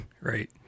Right